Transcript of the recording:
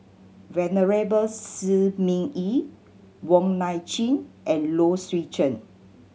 Venerable Shi Ming Yi Wong Nai Chin and Low Swee Chen